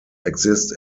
exist